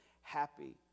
happy